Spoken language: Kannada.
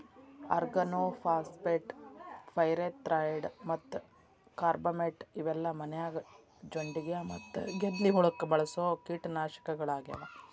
ಆರ್ಗನೋಫಾಸ್ಫೇಟ್, ಪೈರೆಥ್ರಾಯ್ಡ್ ಮತ್ತ ಕಾರ್ಬಮೇಟ್ ಇವೆಲ್ಲ ಮನ್ಯಾಗ ಜೊಂಡಿಗ್ಯಾ ಮತ್ತ ಗೆದ್ಲಿ ಹುಳಕ್ಕ ಬಳಸೋ ಕೇಟನಾಶಕಗಳಾಗ್ಯಾವ